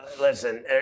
listen